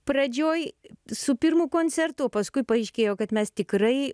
pradžioj su pirmu koncertu o paskui paaiškėjo kad mes tikrai